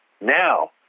Now